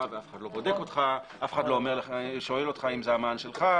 ואף אחד לא בודק אותך ואף אחד לא שואל אותך אם זה המען שלך.